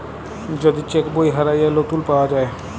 যদি চ্যাক বই হারাঁয় যায়, লতুল পাউয়া যায়